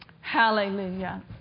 Hallelujah